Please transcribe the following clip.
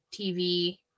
TV